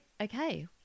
okay